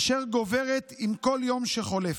אשר גוברת עם כל יום שחולף.